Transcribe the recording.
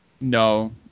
No